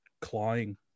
clawing